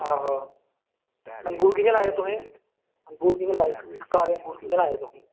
आहो अंगूर कियां लाए दे तुसें अंगूर कियां लाए दे काले अंगूर कियां लाए दे तुसें